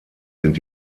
sind